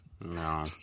No